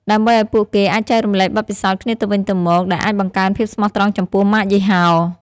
ដើម្បីឱ្យពួកគេអាចចែករំលែកបទពិសោធន៍គ្នាទៅវិញទៅមក ដែលអាចបង្កើនភាពស្មោះត្រង់ចំពោះម៉ាកយីហោ។